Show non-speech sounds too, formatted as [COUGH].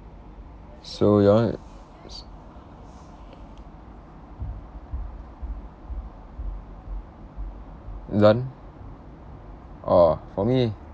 [BREATH] so your [one] s~ done orh for me